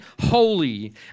holy